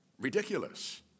ridiculous